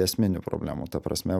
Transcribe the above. esminių problemų ta prasme